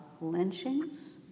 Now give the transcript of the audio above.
lynchings